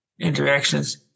interactions